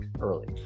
early